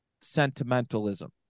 sentimentalism